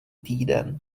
týden